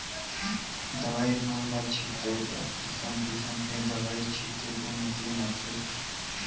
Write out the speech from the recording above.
दवई मन ल छिते बर किसम किसम के दवई छिते के मसीन आथे